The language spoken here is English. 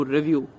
Review